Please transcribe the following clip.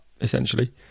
essentially